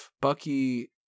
Bucky